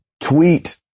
tweet